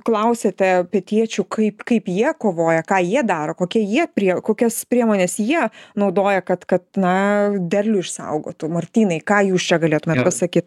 klausiate pietiečių kaip kaip jie kovoja ką jie daro kokie jie prie kokias priemones jie naudoja kad kad na derlių išsaugotų martynai ką jūs čia galėtumėt pasakyt